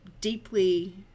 deeply